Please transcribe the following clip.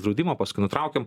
draudimą paskui nutraukėm